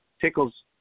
tickles